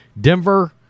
Denver